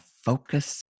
focus